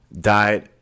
Died